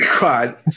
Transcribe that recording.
God